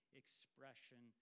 expression